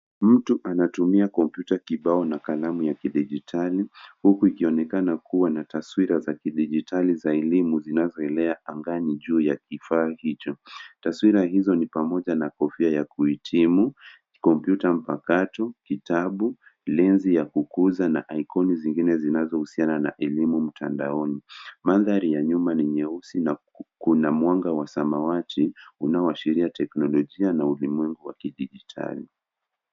Mtu anatumia kompyuta kibao na kalamu ya kiditali huku ikionekana kuwa na taswira za kidijitali za elimu zinazoelea angani juu ya kifaa hicho. Taswira hizo ni pamoja na kofia ya kuhitimu, kompyuta mpakato, kitabu linzi ya kukuza na ikoni zingine zinazohusiana na elimu mtandaoni. Mandhari ya nyuma ni nyeusi na kuna mwanga wa samawati unaoashiria teknolojia na ubunifu wa kidijitali.